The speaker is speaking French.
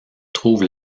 trouve